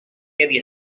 quedi